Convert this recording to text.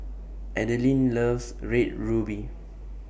Adelyn loves Red Ruby